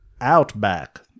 Outback